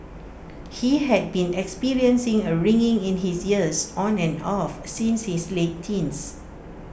he had been experiencing A ringing in his ears on and off since his late teens